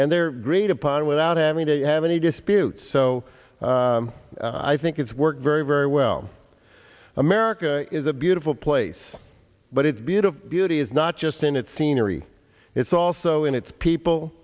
and their greed upon without having to have any disputes so i think it's worked very very well america is a beautiful place but it's beautiful beauty is not just in its scenery it's also in its people